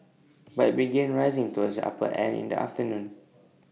but IT began rising towards the upper end in the afternoon